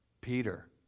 Peter